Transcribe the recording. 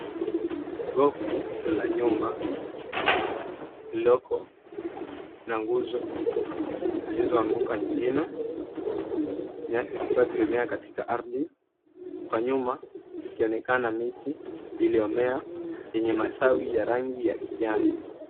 Ghofu la nyumba lililoko na nguzo zilizo anguka nyingine. Nyasi zikiwa zimemea katika ardhi. Kwa nyuma ikionekana miti iliyomea ya matawi ya rangi ya kijani.